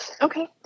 okay